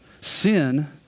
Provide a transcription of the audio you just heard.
Sin